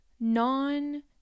non